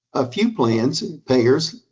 a few plans, payers,